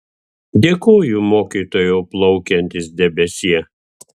dėkoju mokytojau plaukiantis debesie